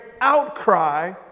outcry